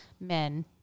Men